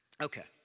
Okay